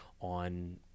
on